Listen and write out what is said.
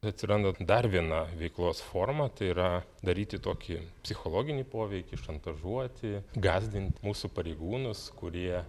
atsiranda dar viena veiklos forma tai yra daryti tokį psichologinį poveikį šantažuoti gąsdint mūsų pareigūnus kurie